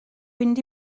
fynd